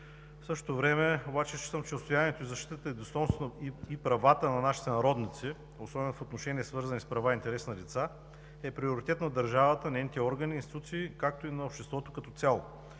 в същото време обаче считам, че отстояването, защитата на достойнството и правата на нашите сънародници – особено в отношения, свързани с права и интереси на деца, е приоритет на държавата, нейните органи, институции, както и на обществото като цяло.